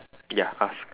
ya half